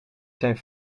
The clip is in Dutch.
zijn